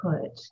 put